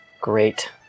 Great